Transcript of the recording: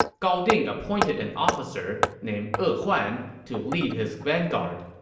gao ding appointed an officer named e huan to lead his vanguard.